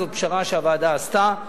זאת פשרה שהוועדה עשתה,